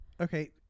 Okay